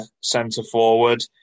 centre-forward